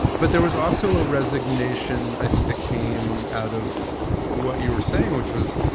but there was also a resignation, i think that came out of what you were saying, which was,